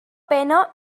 pena